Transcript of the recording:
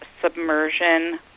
submersion